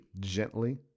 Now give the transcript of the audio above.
gently